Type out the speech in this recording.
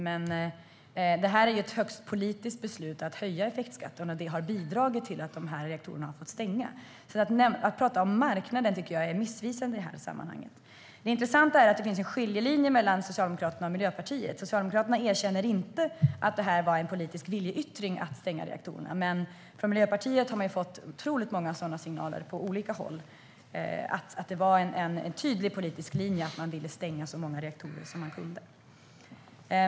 Men det är ett högst politiskt beslut att höja effektskatten, och det har bidragit till att reaktorer har fått stänga. Att prata om marknaden tycker jag är missvisande i det här sammanhanget. Det intressanta är att det finns en skiljelinje mellan Socialdemokraterna och Miljöpartiet. Socialdemokraterna erkänner inte att det var en politisk viljeyttring att stänga reaktorerna, men från Miljöpartiet har vi fått många olika signaler om att det var en tydlig politisk linje att man ville stänga så många reaktorer man kunde.